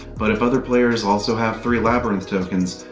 but, if other players also have three labyrinth tokens,